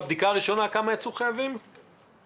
כמה יצאו חיוביים בבדיקה הראשונה?